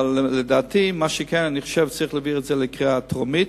אבל לדעתי צריך להעביר את זה בקריאה טרומית.